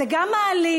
זה גם מעליב,